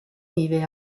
vive